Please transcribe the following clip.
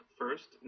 first